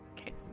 Okay